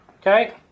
okay